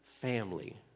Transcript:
family